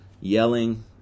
yelling